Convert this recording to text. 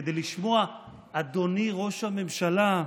כדי לשמוע "אדוני ראש הממשלה"?